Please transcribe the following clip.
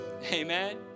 amen